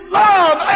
love